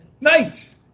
Night